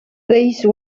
these